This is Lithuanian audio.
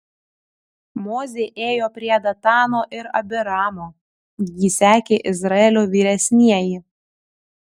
mozė ėjo prie datano ir abiramo jį sekė izraelio vyresnieji